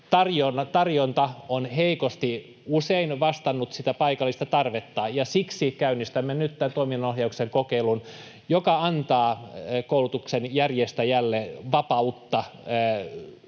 Tarjonta on usein heikosti vastannut sitä paikallista tarvetta, ja siksi käynnistämme nyt tämän toiminnanohjauksen kokeilun, joka antaa koulutuksen järjestäjälle vapautta